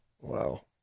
Wow